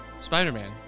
Spider-Man